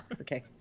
okay